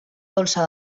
dolça